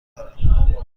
دارم